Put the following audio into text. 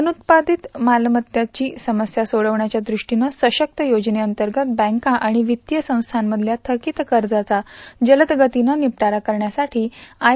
अनुत्पादित मालमत्ताची समस्या सोडवण्याच्या द्रष्टीनं सशक्त योजनेअंतर्गत बँका आणि वित्तीय संस्थांमधल्या धकीत कर्जाचा जलदगतीनं निपटारा करण्यासाठी आय